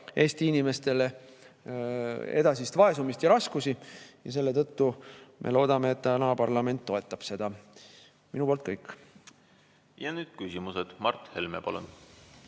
Eesti inimestele edasist vaesumist ja raskusi. Ja selle tõttu me loodame, et täna parlament toetab seda. Minu poolt kõik. Ja nüüd küsimused. Mart Helme, palun!